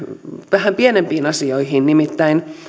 vähän pienempiin asioihin nimittäin